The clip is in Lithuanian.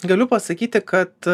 galiu pasakyti kad